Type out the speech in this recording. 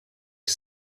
que